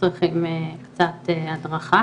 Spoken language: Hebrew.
צריכים קצת הדרכה